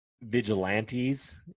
vigilantes